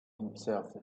himself